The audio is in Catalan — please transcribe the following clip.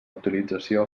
utilització